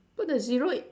put the zero i~